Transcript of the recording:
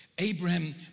Abraham